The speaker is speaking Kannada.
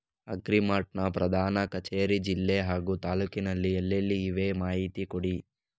ಅಗ್ರಿ ಮಾರ್ಟ್ ನ ಪ್ರಧಾನ ಕಚೇರಿ ಜಿಲ್ಲೆ ಹಾಗೂ ತಾಲೂಕಿನಲ್ಲಿ ಎಲ್ಲೆಲ್ಲಿ ಇವೆ ಮಾಹಿತಿ ಕೊಡಿ?